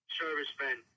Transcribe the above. servicemen